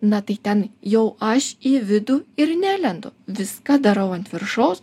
na tai ten jau aš į vidų ir nelendu viską darau ant viršaus